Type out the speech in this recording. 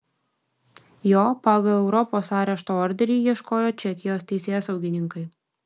jo pagal europos arešto orderį ieškojo čekijos teisėsaugininkai